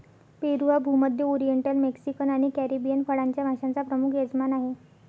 पेरू हा भूमध्य, oriental, Mexican आणि कॅरिबियन फळांच्या माश्यांचा प्रमुख यजमान आहे